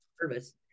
service